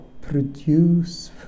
produce